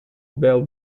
bell